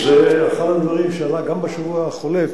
זה אחד הדברים שעלה גם בשבוע החולף.